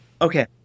Okay